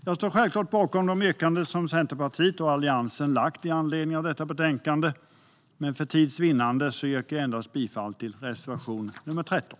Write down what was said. Jag står självklart bakom Centerpartiets och Alliansens yrkanden med anledning av detta betänkande, men för tids vinnande yrkar jag bifall endast till reservation 13.